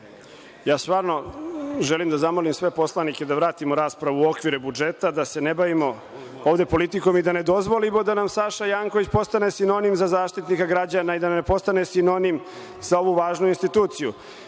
Stvarno želim da zamolim sve poslanike da vratimo raspravu o okvire budžeta, da se više ne bavimo ovde politikom i da ne dozvolimo da nam Saša Janković postane sinonim za Zaštitnika građana i da ne postane sinonim za ovu važnu instituciju. Ovde